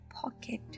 pocket